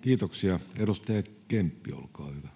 Kiitoksia. — Edustaja Kemppi, olkaa hyvä.